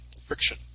friction